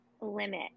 limit